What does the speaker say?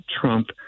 Trump